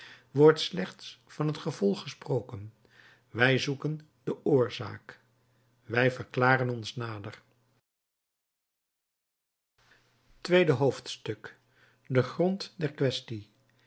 wordt slechts van het gevolg gesproken wij zoeken de oorzaak wij verklaren ons nader tweede hoofdstuk de grond der quaestie